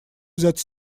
взять